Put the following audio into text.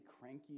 cranky